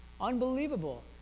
Unbelievable